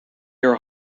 are